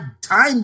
time